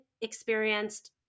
experienced